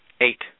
Eight